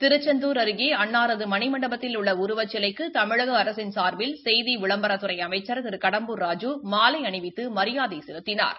திருசெந்துர் அருகே அன்னாரது மணி மண்டபத்தில் உள்ள உருவச்சிலைக்கு தமிழக அரசின் ளா்பில் செய்தி விளம்பரத்துறை அமைச்சா் திரு கடம்பூர் ராஜூ மாலை அணிவித்து மரியாதை செலுத்தினாா்